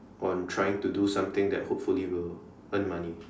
on trying to do something that hopefully will earn money